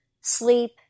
sleep